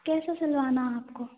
कैसा सिलवाना आपको